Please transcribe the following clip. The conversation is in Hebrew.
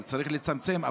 וצריך לצמצם,